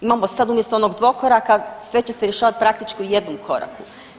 Imamo sad umjesto onog dvokoraka, sve će se rješavati praktički u jednom koraku.